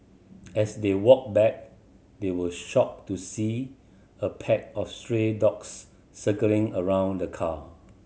as they walked back they were shocked to see a pack of stray dogs circling around the car